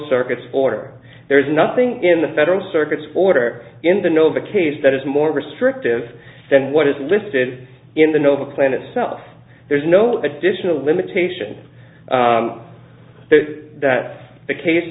circuit's order there is nothing in the federal circuits for order in the nova case that is more restrictive than what is listed in the noble plan itself there's no additional limitation that the case